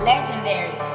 Legendary